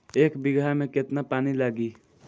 एक बिगहा में केतना पानी लागी?